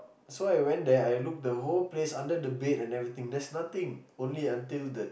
so I went there I look the whole place under the bed and everything there's nothing only until the